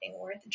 worth